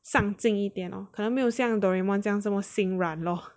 上近一点 lor 可能没有像 Doraemon 这样这么心软 lor